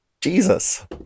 Jesus